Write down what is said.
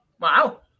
Wow